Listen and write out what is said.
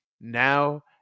now